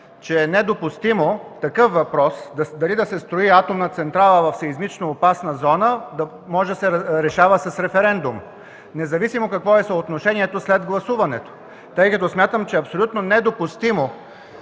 че е недопустимо такъв въпрос – дали да се строи атомна централа в сеизмично опасна зона – да се решава с референдум. Независимо какво е съотношението след гласуването, смятам, че е абсолютно недопустимо